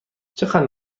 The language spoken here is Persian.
چقدر